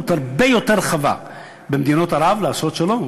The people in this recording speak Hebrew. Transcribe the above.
הרבה יותר רחבה במדינות ערב לעשות שלום.